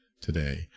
today